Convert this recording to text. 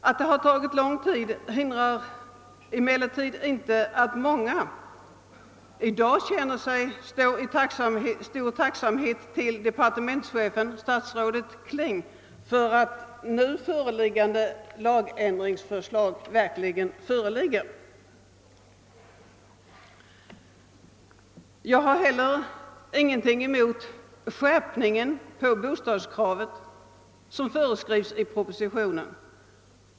Att det tagit lång tid hindrar emellertid inte att många i dag känner sig stå i stor tacksamhetsskuld till departementschefen, statsrådet Kling, för att det nu föreliggande lagändringsförslaget verkligen framlagts. Jag har heller ingenting emot den skärpning av bostadskravet som föreslås i propositionen.